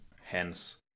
hence